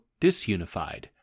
disunified